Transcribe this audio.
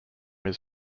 his